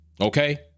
okay